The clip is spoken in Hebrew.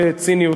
בציניות,